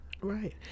Right